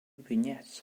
vignettes